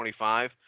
25